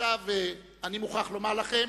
אני מוכרח לומר לכם